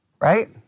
Right